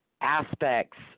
aspects